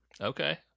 Okay